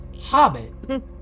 hobbit